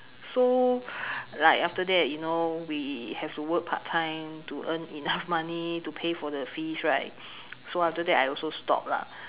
so like after that you know we have to work part time to earn enough money to pay for the fees right so after that I also stop lah